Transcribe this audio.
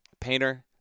Painter